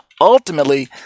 ultimately